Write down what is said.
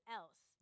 else